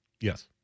Yes